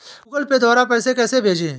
Google Pay द्वारा पैसे कैसे भेजें?